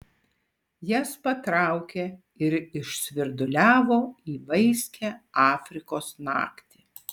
jas patraukė ir išsvirduliavo į vaiskią afrikos naktį